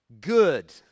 good